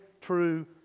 true